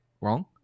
wrong